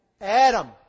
Adam